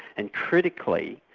and critically,